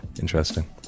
interesting